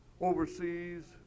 overseas